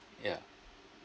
yeah